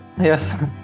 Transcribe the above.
Yes